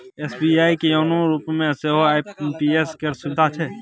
SBI के YONO एपमे सेहो आई.एम.पी.एस केर सुविधा छै